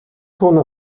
zone